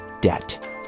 debt